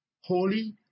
holy